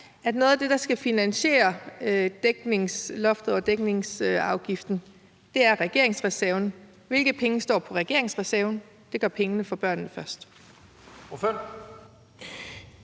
at noget af det, der skal finansiere dækningsloftet og dækningsafgiften, er regeringsreserven. Hvilke penge står der på regeringsreserven? Det gør pengene fra »Børnene Først«.